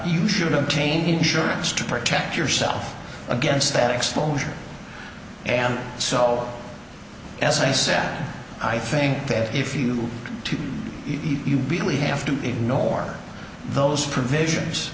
you should obtain insurance to protect yourself against that exposure and so as i said i think that if you really have to ignore those provisions